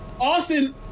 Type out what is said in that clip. Austin